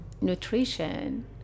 nutrition